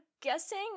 guessing